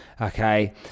Okay